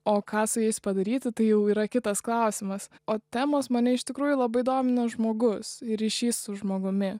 o ką su jais padaryti tai jau yra kitas klausimas o temos mane iš tikrųjų labai domina žmogus ryšys su žmogumi